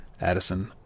Addison